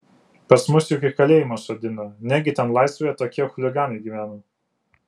pas mus juk į kalėjimą sodina negi ten laisvėje tokie chuliganai gyvena